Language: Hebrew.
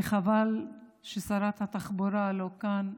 וחבל ששרת התחבורה לא כאן.